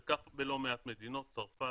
וכך בלא מעט מדינות צרפת,